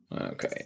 Okay